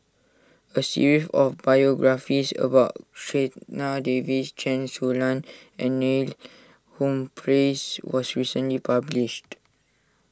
a series of biographies about Checha Davies Chen Su Lan and Neil Humphreys was recently published